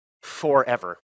forever